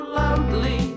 loudly